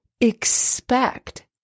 Expect